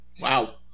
Wow